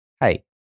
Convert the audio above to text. hey